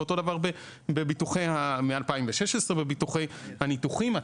ואותו דבר מ-2016 בביטוחי הניתוחים,